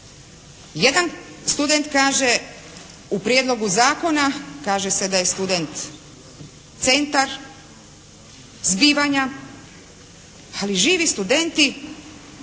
Jedan student kaže: «U Prijedlogu zakona kaže se da je student centar zbivanja, ali živi studenti